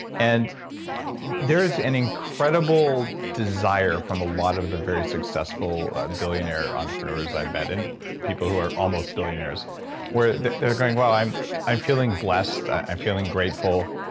and there is an incredible desire from a lot of the very successful billionaire entrepreneurs i've met and people who are almost billionaires where they're going, well, i'm i'm feeling blessed. i'm feeling grateful.